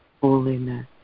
holiness